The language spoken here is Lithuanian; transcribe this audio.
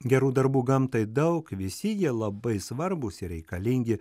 gerų darbų gamtai daug visi jie labai svarbūs ir reikalingi